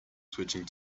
switching